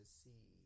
see